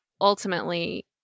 ultimately